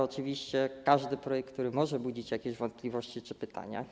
Oczywiście każdy projekt może budzić jakieś wątpliwości czy pytania.